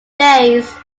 days